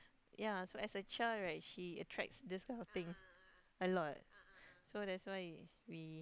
ya so as a child right she attracts this kind of thing a lot so that's why we